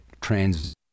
trans